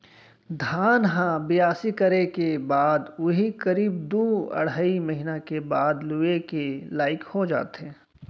धान ह बियासी करे के बाद उही करीब दू अढ़ाई महिना के बाद लुए के लाइक हो जाथे